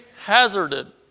hazarded